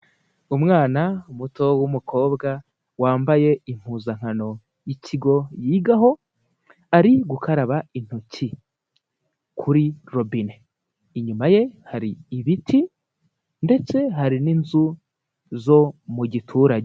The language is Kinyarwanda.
Umwana muto w'umukobwa wambaye impuzankano y'ikigo yigaho, ari gukaraba intoki kuri robine, inyuma ye hari ibiti ndetse hari n'inzu zo mu giturage.